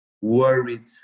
worried